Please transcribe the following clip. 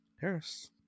Harris